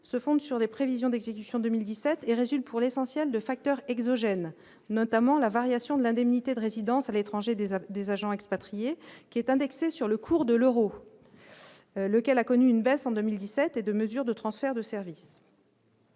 se fonde sur les prévisions d'exécution 2017 et résume pour l'essentiel, de facteurs exogènes, notamment la variation de l'indemnité de résidence à l'étranger des à des agents expatriés qui est indexé sur le cours de l'Euro, lequel a connu une baisse en 2017 et de mesures de transfert de service.